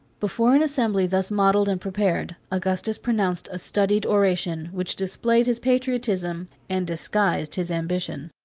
before an assembly thus modelled and prepared, augustus pronounced a studied oration, which displayed his patriotism, and disguised his ambition.